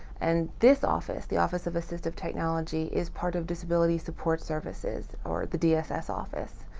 and this office, the office of assistive technology, is part of disability support services or the dss office.